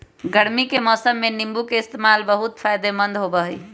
गर्मी के मौसम में नीम्बू के इस्तेमाल बहुत फायदेमंद होबा हई